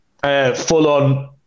Full-on